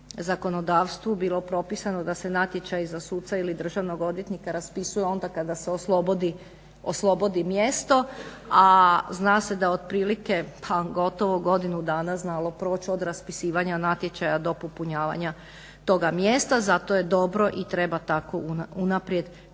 zakonodavstvu bilo propisano da se natječaji za suca ili državnog odvjetnika raspisuje onda kada se oslobodi mjesto, a zna se da otprilike pa gotovo godinu dana je znalo proći od raspisivanja natječaja do popunjavanja toga mjesta zato je dobro i treba tako unaprijed